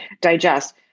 digest